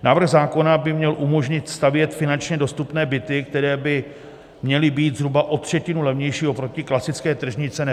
Návrh zákona by měl umožnit stavět finančně dostupné byty, které by měly být zhruba o třetinu levnější oproti klasické tržní ceně.